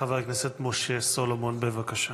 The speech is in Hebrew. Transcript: חבר הכנסת משה סולומון, בבקשה.